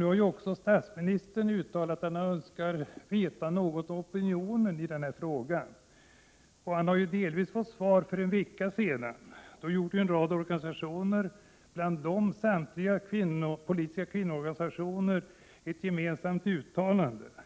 Nu har också statsministern uttalat att han önskar få del av opinionen i denna fråga. Det fick han delvis för någon vecka sedan, när en rad organisationer, bland dem alla politiska kvinnoförbund, uttalat